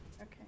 Okay